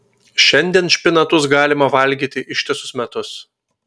šiandien špinatus galima valgyti ištisus metus